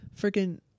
Freaking